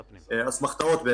אסמכתאות.